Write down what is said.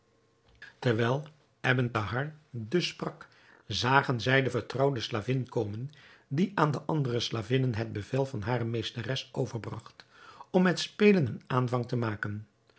terwijl ebn thahar dus sprak zagen zij de vertrouwde slavin komen die aan de andere slavinnen het bevel van hare meesteres overbragt om met spelen een aanvang te maken